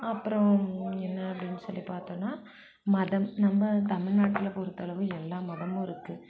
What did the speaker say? அப்புறம் என்ன அப்படினு சொல்லி பார்த்தோனா மதம் நம்ம தமிழ்நாட்டில் பொருத்தளவு எல்லா மதமுமிருக்கு